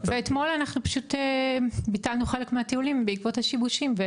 ואתמול אנחנו פשוט ביטלנו חלק מהטיולים בעקבות השיבושים.